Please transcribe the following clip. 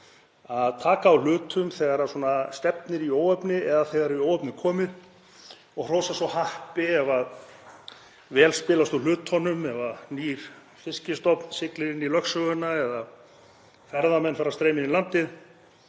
að taka á hlutum þegar stefnir í óefni eða þegar í óefni er komið og hrósa svo happi ef vel spilast úr hlutunum, ef nýr fiskstofn siglir inn í lögsöguna eða ferðamenn fara að streyma inn í landið